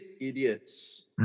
idiots